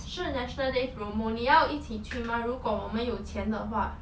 是 national day promo 你要一起去吗如果我们有钱的话